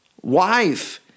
wife